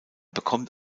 bekommt